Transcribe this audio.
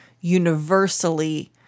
universally